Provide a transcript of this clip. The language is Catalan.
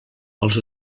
els